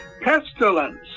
pestilence